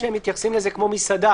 עם זה בוודאי אין בעיה,